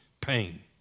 pain